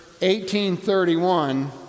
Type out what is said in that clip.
1831